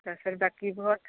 তাৰপাছত বাকীবোৰত